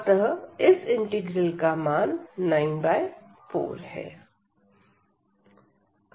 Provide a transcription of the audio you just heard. अतः इस इंटीग्रल का मान 94 है